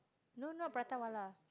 no not Prata-wala